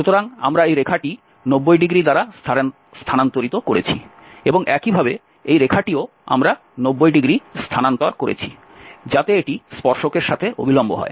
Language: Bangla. সুতরাং আমরা এই রেখাটি 90 ডিগ্রী দ্বারা স্থানান্তরিত করেছি এবং একইভাবে এই রেখাটিও আমরা 90 ডিগ্রী স্থানান্তর করেছি যাতে এটি স্পর্শকের সাথে অভিলম্ব হয়